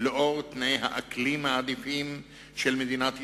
בזכות תנאי האקלים העדיפים של מדינת ישראל,